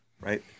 Right